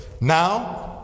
now